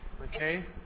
okay